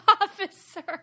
Officer